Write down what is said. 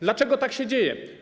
Dlaczego tak się dzieje?